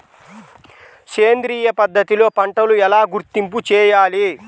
సేంద్రియ పద్ధతిలో పంటలు ఎలా గుర్తింపు చేయాలి?